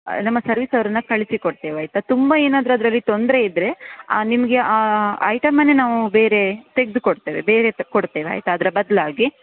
ನಮ್ಮ ಸರ್ವಿಸವರನ್ನು ಕಳಿಸಿಕೊಡ್ತೇವೆ ಆಯಿತಾ ತುಂಬ ಏನಾದರೂ ಅದರಲ್ಲಿ ತೊಂದರೆ ಇದ್ದರೆ ನಿಮಗೆ ಆ ಐಟಮನ್ನೇ ನಾವು ಬೇರೆ ತೆಗೆದುಕೊಡ್ತೇವೆ ಬೇರೆ ಕೊಡ್ತೇವೆ ಆಯಿತಾ ಅದರ ಬದಲಾಗಿ